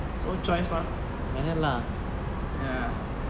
no choice mah ya